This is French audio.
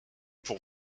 pour